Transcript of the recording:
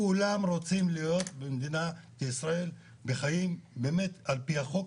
כולם רוצים להיות במדינת ישראל בחיים באמת על פי החוק,